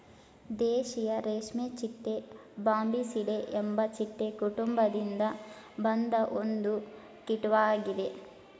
ದೇಶೀಯ ರೇಷ್ಮೆಚಿಟ್ಟೆ ಬಾಂಬಿಸಿಡೆ ಎಂಬ ಚಿಟ್ಟೆ ಕುಟುಂಬದಿಂದ ಬಂದ ಒಂದು ಕೀಟ್ವಾಗಿದೆ